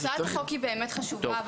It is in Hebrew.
הצעת החוק היא באמת חשובה,